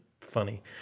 funny